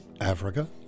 Africa